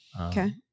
Okay